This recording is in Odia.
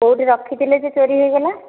କେଉଁଠି ରଖିଥିଲେ ଯେ ଚୋରି ହୋଇଗଲା